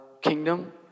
kingdom